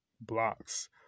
blocks